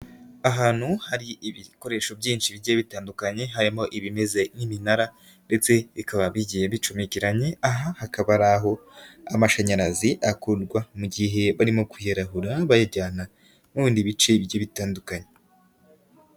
Ahantu hari ibikoresho byinshi bigiye bitandukanye, harimo ibimeze nk'iminara ndetse bikaba bigiye bicumekiranye, aha hakaba ari aho amashanyarazi akurwa mu gihe barimo kuyarahura, bayajyana mu bindi bice bigiye bitandukanye.